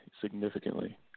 significantly